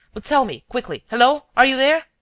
but tell me, quickly. hullo! are you there.